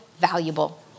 valuable